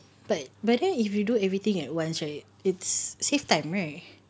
but but then if you do everything at once right it's save time right